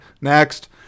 Next